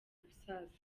gusaza